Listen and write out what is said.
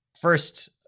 first